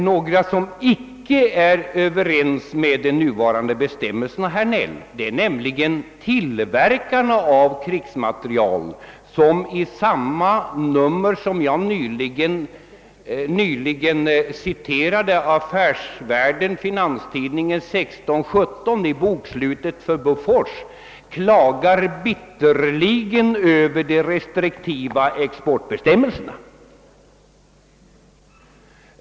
Några som inte är överens, herr Regnéll, är nämligen tillverkarna av krigsmateriel. I samma nummer — nr 16—17 — av Affärsvärlden Finanstidningen, varur jag nyss citerade uppgifter om bokslutet för Bofors, klagar dessa tillverkare bittert över de restriktiva exportbestämmelserna.